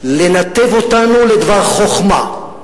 לנתב אותנו לדבר חוכמה,